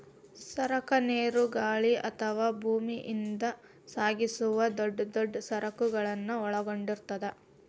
ಸರಕ ನೇರು ಗಾಳಿ ಅಥವಾ ಭೂಮಿಯಿಂದ ಸಾಗಿಸುವ ದೊಡ್ ದೊಡ್ ಸರಕುಗಳನ್ನ ಒಳಗೊಂಡಿರ್ತದ